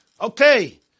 okay